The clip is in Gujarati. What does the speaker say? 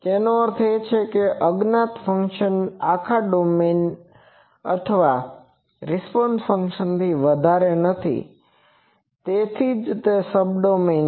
એનો અર્થ એ છે કે તે અજ્ઞાત ફંક્શનના આખા ડોમેઈન અથવા રિસ્પોન્સ ફંક્શનથી વધારે નથી તેથી જ તે સબડોમેઇન છે